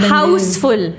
Houseful